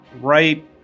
right